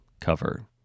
cover